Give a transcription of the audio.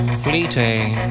fleeting